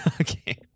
Okay